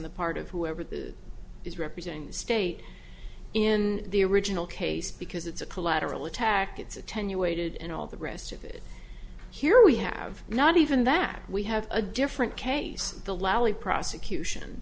the part of whoever the is representing the state in the original case because it's a collateral attack it's attenuated and all the rest of it here we have not even that we have a different case the loudly prosecution